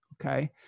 okay